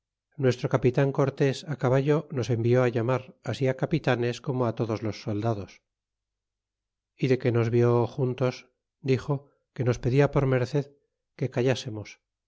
nuestro capitan cortés caballo nos envió llamar así capitanes como todos los soldados y de que nos vio juntos dixo que nos pedia por merced que